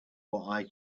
what